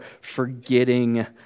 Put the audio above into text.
forgetting